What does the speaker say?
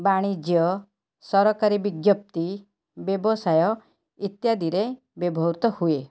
ବାଣିଜ୍ୟ ସରକାରୀ ବିଜ୍ଞପ୍ତି ବ୍ୟବସାୟ ଇତ୍ୟାଦିରେ ବ୍ୟବହୃତ ହୁଏ